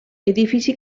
edifici